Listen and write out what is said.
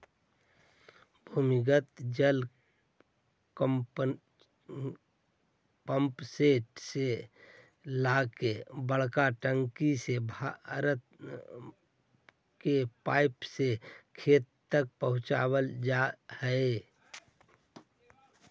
भूमिगत जल पम्पसेट से ला के बड़का टंकी में भरवा के पाइप से खेत तक पहुचवल जा हई